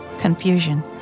confusion